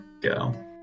go